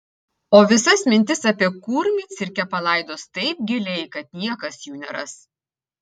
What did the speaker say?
o visas mintis apie kurmį cirke palaidos taip giliai kad niekas jų neras